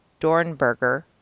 Dornberger